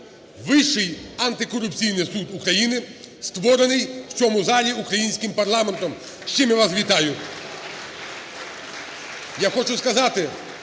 Вищий антикорупційний суд України створений в цьому залі українським парламентом, з чим я вас вітаю!